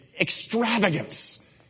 extravagance